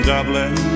Dublin